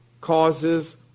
causes